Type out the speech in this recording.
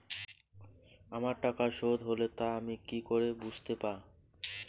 আমার টাকা শোধ হলে তা আমি কি করে বুঝতে পা?